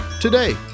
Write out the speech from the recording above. today